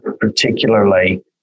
particularly